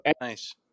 Nice